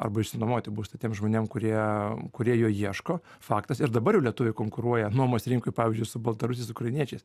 arba išsinuomoti būstą tiem žmonėm kurie kurie jo ieško faktas ir dabar jau lietuviai konkuruoja nuomos rinkoj pavyzdžiui su baltarusiais ukrainiečiais